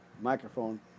microphone